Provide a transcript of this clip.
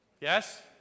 Yes